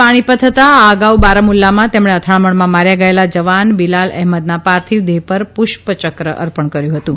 પાણીપત હતા આ અગાઉ બારામુલ્લામાં તેમણે અથડામણમાં માર્યા ગયેલા જવાન બિલાલ અહેમદના પાર્થિવ દેહ પર પુષ્પયક્ર અર્પણ કર્યું હતું